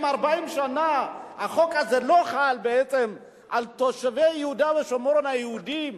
אם 40 שנה החוק הזה לא חל בעצם על תושבי יהודה ושומרון היהודים